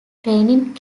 training